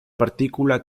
partícula